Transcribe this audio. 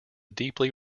deeply